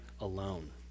alone